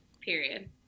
period